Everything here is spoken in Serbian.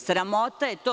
Sramota je to.